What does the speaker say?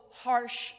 harsh